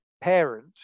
parent